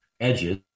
edges